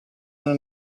alle